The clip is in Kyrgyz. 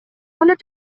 ойлоп